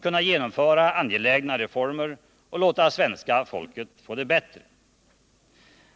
kunna genomföra angelägna reformer och låta svenska folket få det bättre.